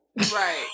Right